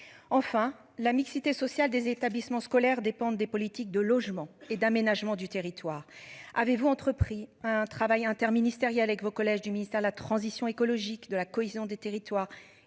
Enfin, la mixité sociale des établissements scolaires dépendent des politiques de logement et d'aménagement du territoire. Avez-vous entrepris un travail interministériel avec vos collèges du ministère de la transition écologique de la cohésion des territoires